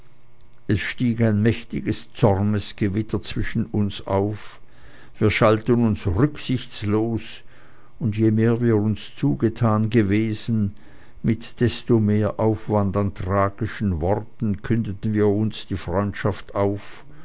es stieg ein mächtiges zorngewitter zwischen uns auf wir schalten uns rücksichtslos und je mehr wir uns zugetan gewesen mit desto mehr aufwand an tragischen worten kündeten wir uns die freundschaft auf